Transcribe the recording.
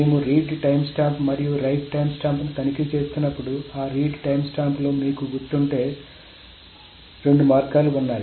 మేము read timestamp మరియు write టైమ్స్టాంప్ను తనిఖీ చేస్తున్నప్పుడు ఆ రీడ్ టైమ్స్టాంప్లో మీకు గుర్తుంటే రెండు మార్గాలు ఉన్నాయి